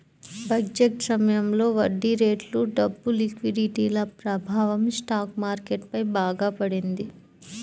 budget సమయంలో వడ్డీరేట్లు, డబ్బు లిక్విడిటీల ప్రభావం స్టాక్ మార్కెట్ పై బాగా పడింది